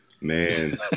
Man